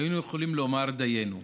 היינו יכולים לומר דיינו,